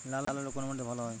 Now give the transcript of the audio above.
লাল আলু কোন মাটিতে ভালো হয়?